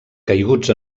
caiguts